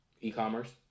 E-commerce